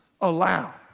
allow